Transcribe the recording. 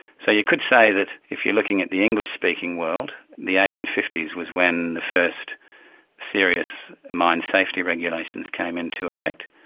so you could say that if you're looking at the english-speaking world, the eighteen fifty s was when the first serious mine safety regulations came into effect,